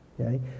okay